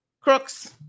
Crooks